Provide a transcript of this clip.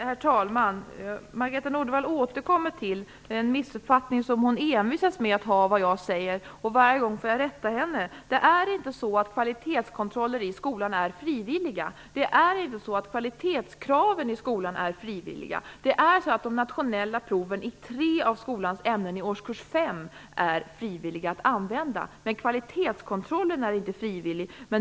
Herr talman! Margareta Nordenvall återkommer till en missuppfattning av vad jag säger. Det är en missuppfattning som hon framhärdar i, och varje gång får jag rätta henne. Det är alltså inte så att det är frivilligt med kvalitetskontroller i skolan. Kvalitetskraven i skolan är inte frivilliga. Det är frivilligt att använda de nationella proven i tre av skolans ämnen i årskurs 5, men kvalitetskontrollen är inte frivillig.